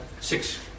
six